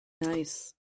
Nice